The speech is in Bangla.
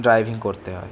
ড্রাইভিং করতে হয়